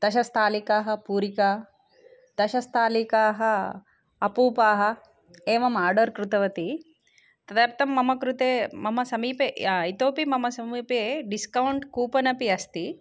दशस्थालिकाः पूरिका दशस्थालिकाः अपूपाः एवम् आर्डर् कृतवती तदर्थं मम कृते मम समीपे इतोऽपि मम समीपे डिस्कौण्ट् कूपन् अपि अस्ति